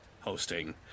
hosting